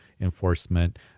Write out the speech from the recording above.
enforcement